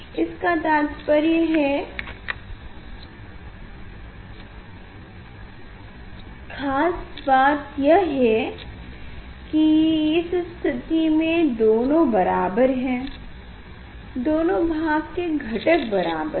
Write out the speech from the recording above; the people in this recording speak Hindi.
इसका तात्पर्य है कि खास बात यह है की इस स्थिति में दोनों बराबर हैं दोनों भाग के घटक बराबर हैं